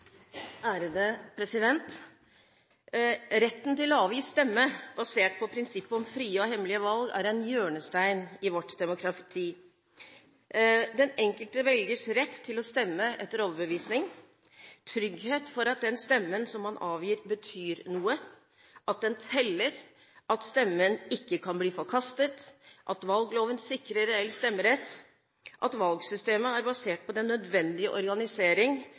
ta sete. Retten til å avgi stemme basert på prinsippet om frie og hemmelige valg er en hjørnestein i vårt demokrati: den enkelte velgers rett til å stemme etter overbevisning, trygghet for at den stemmen man avgir, betyr noe – at den teller – at stemmen ikke kan bli forkastet, at valgloven sikrer reell stemmerett, at valgsystemet er basert på den nødvendige organisering